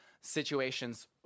situations